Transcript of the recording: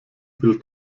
viel